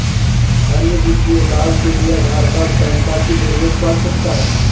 अन्य वित्तीय लाभ के लिए आधार कार्ड पैन कार्ड की जरूरत पड़ सकता है?